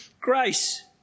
Grace